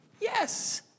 Yes